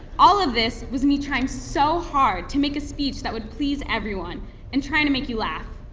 all of this was me trying so hard to make a speech that would please everyone and trying to make you laugh.